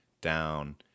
down